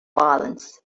violence